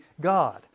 God